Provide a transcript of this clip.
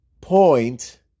point